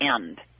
end